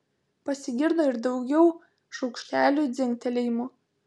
pasigirdo ir daugiau šaukštelių dzingtelėjimų